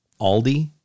Aldi